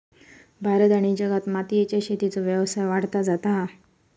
भारत आणि जगात मोतीयेच्या शेतीचो व्यवसाय वाढत जाता हा